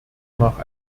nach